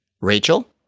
Rachel